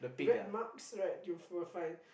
red marks right you we're fine